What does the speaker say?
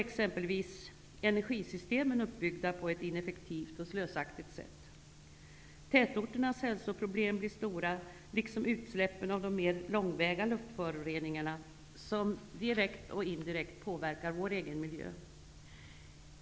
Energisystemen är t.ex. uppbyggda på ett ineffektivt och slösaktigt sätt. Tätorternas hälsoproblem blir stora, liksom utsläppen av de mer långväga luftföroreningar som direkt och indirekt påverkar vår egen miljö.